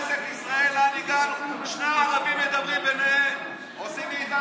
עד היום הם היו מקבלים שנעביר חוקים שאתה יודע,